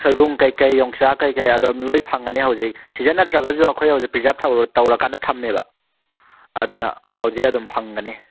ꯁꯣꯏꯕꯨꯝ ꯀꯩꯀꯩ ꯌꯣꯡꯆꯥꯛ ꯀꯩꯀꯩ ꯑꯗꯨꯝ ꯂꯣꯏ ꯐꯪꯒꯅꯤ ꯍꯧꯖꯤꯛ ꯁꯤꯖꯟ ꯅꯠꯇ꯭ꯔꯒꯖꯨ ꯑꯩꯈꯣꯏ ꯍꯧꯖꯤꯛ ꯄ꯭ꯔꯤꯖꯔꯞ ꯇꯧꯔꯀꯥꯟꯗ ꯊꯝꯃꯦꯕ ꯑꯗꯨꯅ ꯍꯧꯖꯤꯛ ꯑꯗꯨꯝ ꯐꯪꯒꯅꯤ